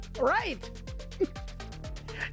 Right